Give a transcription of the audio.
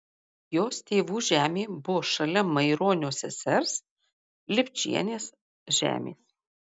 jos tėvų žemė buvo šalia maironio sesers lipčienės žemės